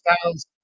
styles